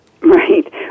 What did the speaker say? Right